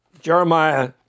Jeremiah